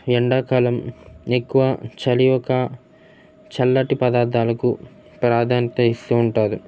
ఎండాకాలం ఎక్కువ చలి యొక్క చల్లటి పదార్థాలకు ప్రాధాన్యత ఇస్తూ ఉంటారు